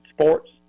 sports